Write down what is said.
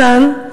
מכאן,